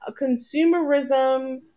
consumerism